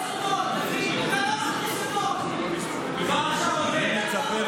דוד, אבל אתה לא מכניס אותו.